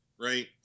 Right